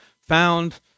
found